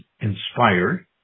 inspired